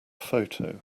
photo